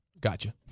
gotcha